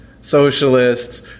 socialists